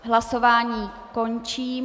Hlasování končím.